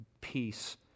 Peace